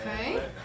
Okay